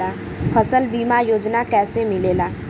फसल बीमा योजना कैसे मिलेला?